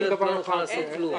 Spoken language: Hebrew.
אחרת לא נוכל לעשות כלום.